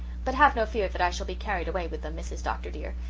but have no fear that i shall be carried away with them, mrs. dr. dear.